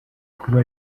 kuba